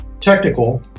technical